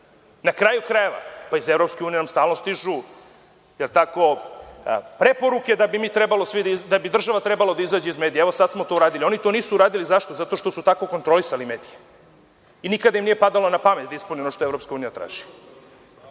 Na kraju krajeva, iz EU nam stalno stižu preporuke da bi država trebalo da izađe iz medija. Evo sad smo to uradili. Oni to nisu uradili. Zašto? Zato što su tako kontrolisali medije. I nikada im nije padalo na pamet da ispune ono što EU traži.